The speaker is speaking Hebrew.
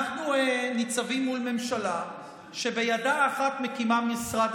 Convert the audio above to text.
אנחנו ניצבים מול ממשלה שבידה האחת מקימה משרד